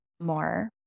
more